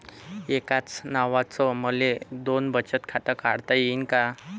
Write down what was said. एकाच नावानं मले दोन बचत खातं काढता येईन का?